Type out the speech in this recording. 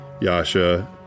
Yasha